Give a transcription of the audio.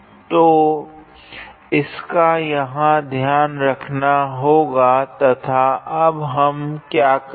तो इसका यहाँ ध्यान रखा गया है तथा अब हम क्या करेगे